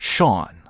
Sean